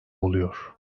oluyor